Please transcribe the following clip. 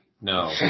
no